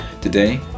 Today